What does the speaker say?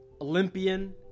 Olympian